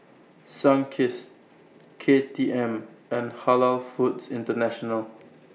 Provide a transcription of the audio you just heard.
Sunkist K T M and Halal Foods International